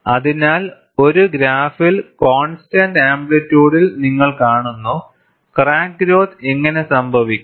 അതിനാൽ ഒരു ഗ്രാഫിൽ കോൺസ്റ്റന്റ് ആംപ്ലിറ്യുഡിൽ നിങ്ങൾ കാണുന്നു ക്രാക്ക് ഗ്രോത്ത് എങ്ങനെ സംഭവിക്കും